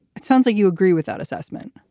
it sounds like you agree with that assessment.